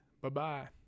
Bye-bye